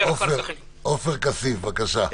עופר כסיף, בבקשה.